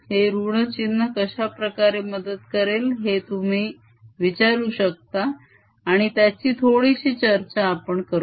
हे ऋण चिन्ह कशाप्रकारे मदत करेल हे तुम्ही विचारू शकता आणि त्याची थोडीशी चर्चा आपण करूया